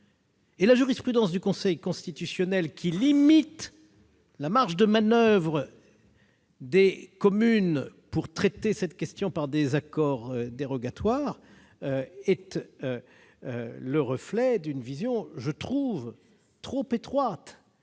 la jurisprudence du Conseil constitutionnel, qui limite la marge de manoeuvre des communes pour traiter cette question par des accords dérogatoires, est le reflet d'une vision trop étroite.